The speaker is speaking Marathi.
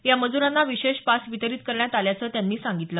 या मजुरांना विशेष पास वितरीत करण्यात आल्याचं त्यांनी सांगितलं